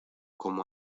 como